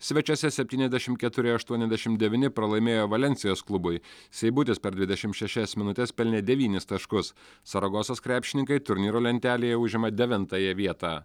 svečiuose septyniasdešim keturi aštuoniasdešim devyni pralaimėjo valensijos klubui seibutis per dvidešim šešias minutes pelnė devynis taškus saragosos krepšininkai turnyro lentelėje užima devintąją vietą